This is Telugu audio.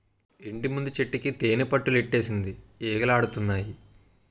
ఇంటిముందు చెట్టుకి తేనిపట్టులెట్టేసింది ఈగలాడతన్నాయి